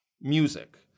music